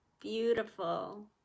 Beautiful